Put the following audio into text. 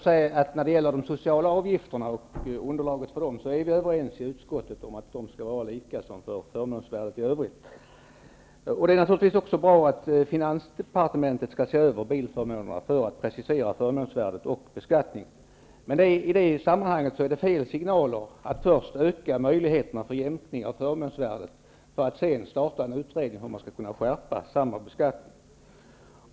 Herr talman! När det gäller underlaget för de sociala avgifterna är vi överens om i utskottet att det skall vara detsamma som förmånsvärdet i övrigt. Det är naturligtvis också bra att finansdepartementet skall se över bilförmånerna för att precisera förmånsvärdet och beskattningen. Men i det sammanhanget är det fel signaler att först öka möjligheterna för jämkning av förmånsvärdet för att sedan starta en utredning om huruvida man skall kunna skärpa samma beskattning.